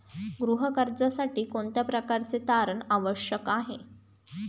गृह कर्जासाठी कोणत्या प्रकारचे तारण आवश्यक आहे?